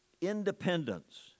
independence